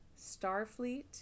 Starfleet